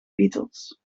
beatles